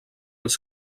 els